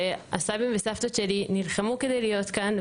הסבים והסבתות שלי נלחמו כדי להיות כאן,